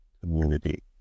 community